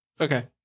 Okay